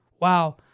Wow